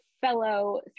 fellow